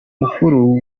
mukuru